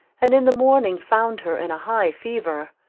and in the morning found her in a high fever.